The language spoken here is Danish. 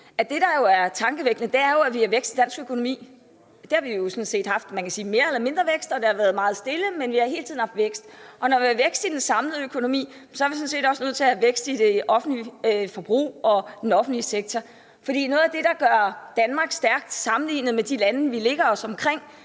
at det, der jo er tankevækkende, er, at vi har vækst i dansk økonomi. Det har vi sådan set haft. Det har været mere eller mindre vækst, og der har været meget stille, kan man sige, men vi har hele tiden haft vækst. Og når vi har vækst i den samlede økonomi, er vi sådan set også nødt til at have vækst i det offentlige forbrug og den offentlige sektor. For noget af det, der gør Danmark stærkt sammenlignet med de lande, der ligger omkring